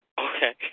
Okay